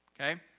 Okay